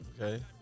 Okay